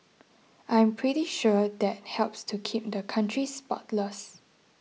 I'm pretty sure that helps to keep the country spotless